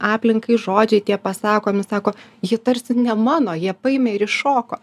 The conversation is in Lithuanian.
aplinkai žodžiai tie pasakomi sako jie tarsi ne mano jie paėmė ir įšoko